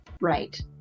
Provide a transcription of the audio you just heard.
Right